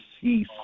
see